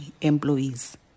employees